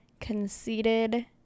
conceited